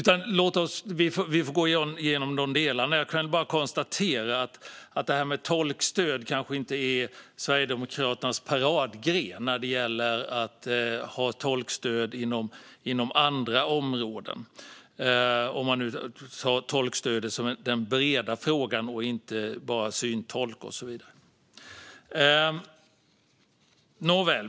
Vi får gå igenom de delarna. Jag kan bara konstatera att tolkstöd kanske inte är Sverigedemokraternas paradgren inom andra områden, det vill säga brett tolkstöd och inte bara syntolk och så vidare.